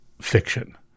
fiction